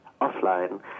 offline